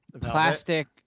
plastic